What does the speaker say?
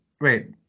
wait